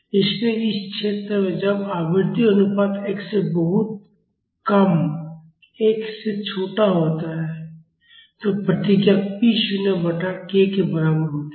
इसलिए इस क्षेत्र में जब आवृत्ति अनुपात 1 से बहुत कम 1 से छोटा होता है तो प्रतिक्रिया p शून्य बटा k के बराबर होती है